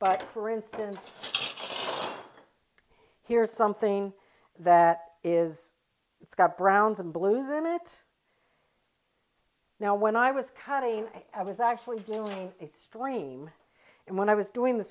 but for instance here is something that is it's got browns and blues in it now when i was cutting it i was actually doing a stream and when i was doing the